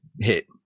hit